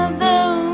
um the